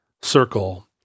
circle